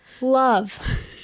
love